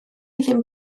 ddim